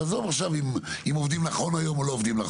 עזוב רגע, אם עובדים נכון או לא נכון.